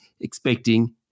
expecting